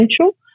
essential